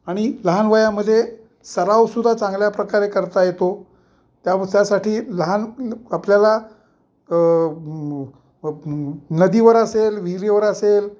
आणि लहान वयामधे सरावसुद्धा चांगल्या प्रकारे करता येतो त्या त्यासाठी लहान आपल्याला नदीवर असेल विहिरीवर असेल